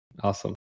Awesome